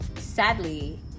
sadly